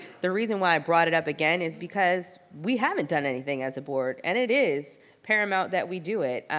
the reason why i brought it up again is because we haven't done anything as a board and it is paramount that we do it.